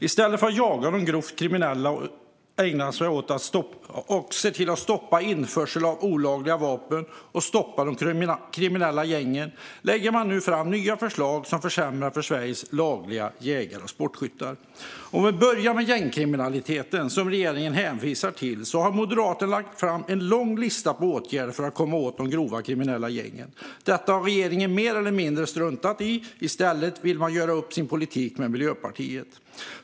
I stället för att jaga de grovt kriminella, stoppa införseln av olagliga vapen och stoppa de kriminella gängen lägger man nu fram nya förslag som försämrar för Sveriges lagliga jägare och sportskyttar. Vi kan börja med gängkriminaliteten, som regeringen hänvisar till. Där har Moderaterna lagt fram en lång lista på åtgärder för att komma åt de grovt kriminella gängen. Detta har regeringen mer eller mindre struntat i. I stället vill man göra upp sin politik med Miljöpartiet.